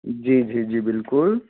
जी जी जी बिल्कुल